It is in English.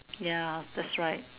ya that's right